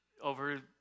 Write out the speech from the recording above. over